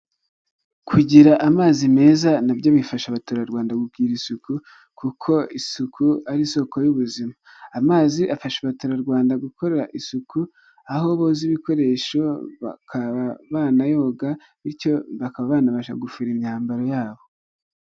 Kugira amazi meza na byo bifasha abaturarwanda kugira isuku kuko isuku ari isoko y'ubuzima. Amazi afasha abaturarwanda gukora isuku, aho boza ibikoresho, bakaba banayoga bityo bakaba banabasha gufura imyambaro yabo.